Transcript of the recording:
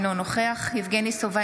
אינו נוכח יבגני סובה,